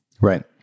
Right